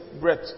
breath